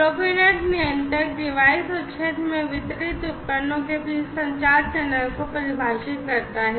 Profinet नियंत्रक device और क्षेत्र में वितरित उपकरणों के बीच संचार चैनल को परिभाषित करता है